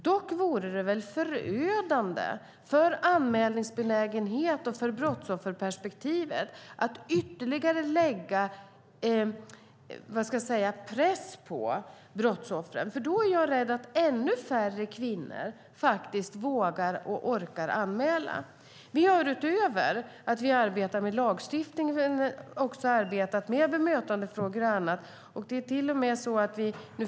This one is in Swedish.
Dock vore det väl förödande för anmälningsbenägenheten och för brottsofferperspektivet att lägga ytterligare press på brottsoffren. Då är jag rädd att ännu färre kvinnor vågar och orkar anmäla. Utöver arbetet med lagstiftningen har vi arbetat med bemötandefrågor och annat.